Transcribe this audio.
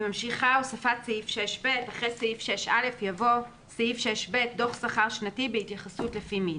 הוספת סעיף 6ב אחרי סעיף 6א יבוא: "6ב.דוח שכר שנתי בהתייחסות לפי מין